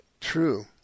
true